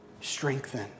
strengthen